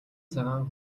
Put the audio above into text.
цагаан